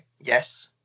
Yes